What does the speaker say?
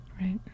Right